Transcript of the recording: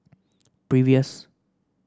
previous